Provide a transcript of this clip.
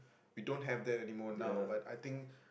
we don't have that anymore now but I think